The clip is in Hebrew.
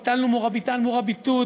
ביטלנו את "מוראביטאת" ו"מוראביטון",